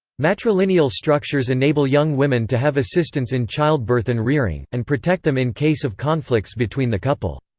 matrilineal structures enable young women to have assistance in childbirth and rearing, and protect them in case of conflicts between the couple.